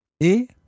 et